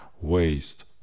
waste